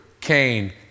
Cain